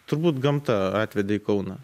turbūt gamta atvedė į kauną